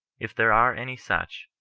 if there are any such,